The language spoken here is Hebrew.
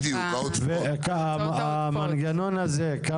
בדיוק, לכמה דירות המנגנון הזה יכול